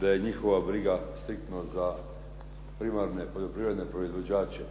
da je njihova briga striktno za primarne poljoprivredne proizvođače.